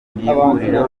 n’ihuriro